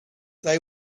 they